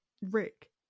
Rick